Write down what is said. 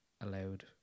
allowed